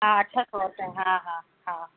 हा अठ सौ रुपिया वरिता हा हा हा